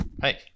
Hey